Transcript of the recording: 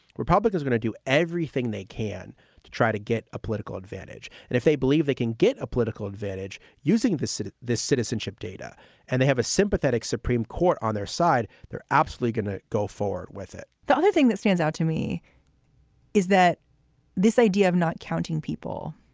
republicans going to do everything they can to try to get a political advantage. and if they believe they can get a political advantage using this, sit at this citizenship data and they have a sympathetic supreme court on their side, they're absolutely going to go forward with it the other thing that stands out to me is that this idea of not counting people,